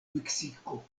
meksiko